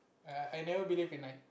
I never believe in like